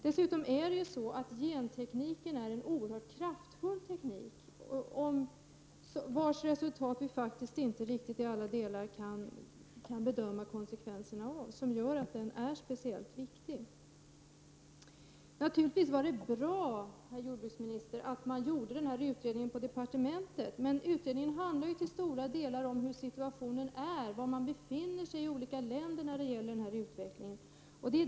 Dessutom är gentekniken en oerhört kraftfull teknik, vars resultat vi inte i alla delar kan bedöma konsekvenserna av. Därför är den speciellt viktig. Naturligtvis var det bra, herr jordbruksminister, att denna utredning gjordes på departementet. Men utredningen handlar ju till stora delar om hur situationen är och var man i olika länder befinner sig när det gäller denna utveckling.